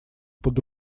под